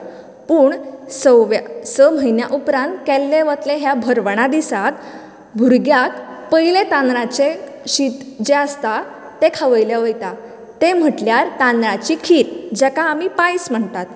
पूण सव्या स म्हयन्या उपरांत केल्ले वतले ह्या भरवणा दिसांक पयले तांदळांचे शीत जे आसता ते खावयले वयता म्हळ्यार तांदळाची खीर जाका आमी पायस म्हणटात पूण